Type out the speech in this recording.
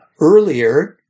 earlier